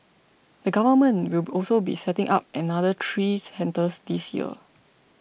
the Government will also be setting up another three centres this year